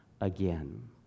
again